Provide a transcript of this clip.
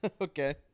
okay